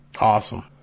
Awesome